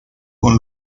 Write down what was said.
con